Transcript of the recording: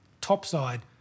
topside